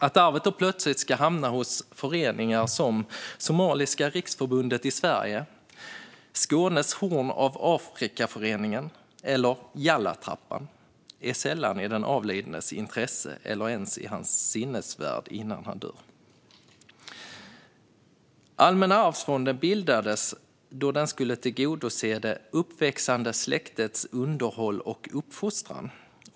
Att arvet då plötsligt ska hamna hos föreningar som Somaliska riksförbundet i Sverige, Skånes Horn av Afrika eller Yallatrappan är sällan i den avlidnes intresse eller ens i hans sinnevärld innan han dör. Allmänna arvsfonden bildades för att tillgodose det uppväxande släktets underhåll och uppfostran.